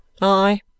Aye